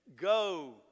Go